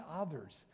others